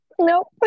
Nope